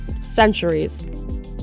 centuries